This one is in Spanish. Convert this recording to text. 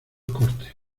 cortes